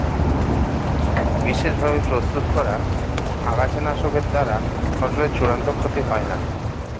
বিশেষ ভাবে প্রস্তুত করা আগাছানাশকের দ্বারা ফসলের চূড়ান্ত ক্ষতি হয় না